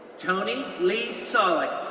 toni leigh sollick,